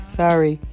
sorry